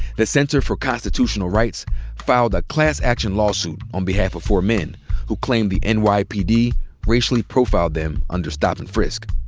the center for constitutional rights filed a class action lawsuit on behalf of four men who claimed the and nypd racially profiled them under stop and frisk.